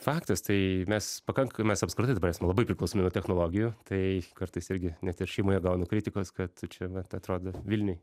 faktas tai mes pakankamai mes apskritai esam labai priklausomi nuo technologijų tai kartais irgi net ir šeimoje gaunu kritikos kad čia vat atrodo vilniuj